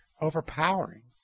overpowering